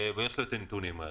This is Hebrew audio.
ויש לו נתונים.